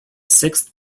sixth